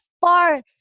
far